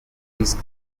this